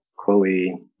chloe